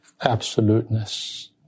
absoluteness